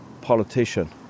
politician